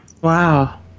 Wow